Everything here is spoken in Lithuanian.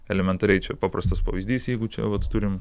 elementariai čia paprastas pavyzdys jeigu čia vat turim